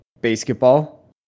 basketball